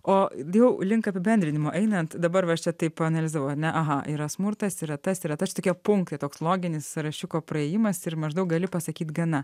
o jau link apibendrinimo einant dabar aš va čia taip analizavau ar ne aha yra smurtas yra tas yra tas tokie punktai toks loginis sąrašiuko praėjimas ir maždaug gali pasakyt gana